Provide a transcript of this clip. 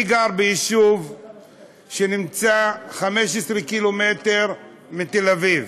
אני גר ביישוב שנמצא 15 ק"מ מתל אביב.